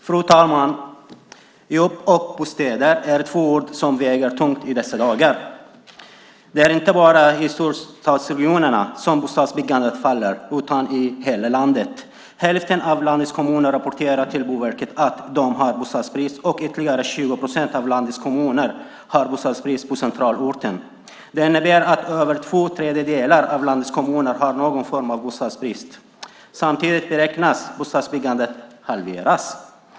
Fru talman! Jobb och bostäder är två ord som väger tungt i dessa dagar. Det är inte bara i storstadsregionerna som bostadsbyggandet faller utan i hela landet. Hälften av landets kommuner rapporterar till Boverket att de har bostadsbrist, och ytterligare 20 procent av landets kommuner har bostadsbrist på centralorten. Detta innebär att över två tredjedelar av landets kommuner har någon form av bostadsbrist. Samtidigt beräknas bostadsbyggandet halveras.